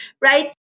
right